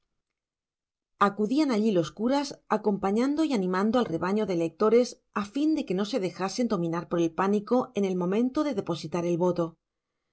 acudían allí los curas acompañando y animando al rebaño de electores a fin de que no se dejasen dominar por el pánico en el momento de depositar el voto